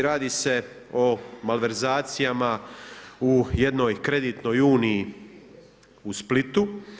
Radi se o malverzacijama u jednoj kreditnoj uniji u Splitu.